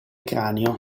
cranio